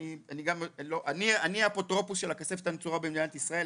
אני האפוטרופוס של הכספת הנצורה של מדינת ישראל.